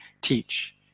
teach